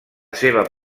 seva